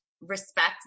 respect